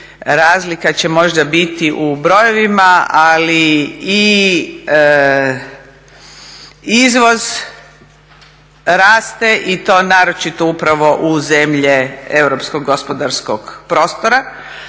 razlika će možda biti u brojevima, ali i izvoz raste i to naročitu upravo u zemlje europskog gospodarskog prostora.